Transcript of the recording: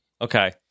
okay